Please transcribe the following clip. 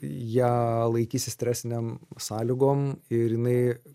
ją laikysi stresinėm sąlygom ir jinai